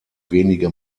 wenige